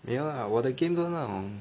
没有 lah 我的 game 都是那种